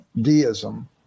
deism